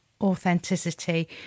authenticity